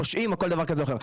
פושעים או משהו אחר.